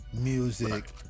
music